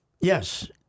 Yes